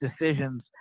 decisions